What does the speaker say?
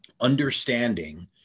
understanding